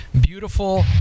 beautiful